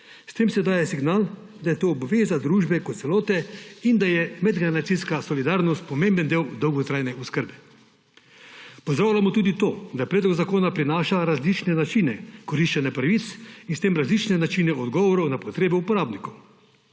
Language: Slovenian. S tem se daje signal, da je to obveza družbe kot celote in da je medgeneracijska solidarnost pomemben del dolgotrajne oskrbe. Pozdravljamo tudi to, da predlog zakona prinaša različne načine koriščenja pravic in s tem različne načine odgovorov na potrebe uporabnikov;